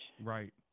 Right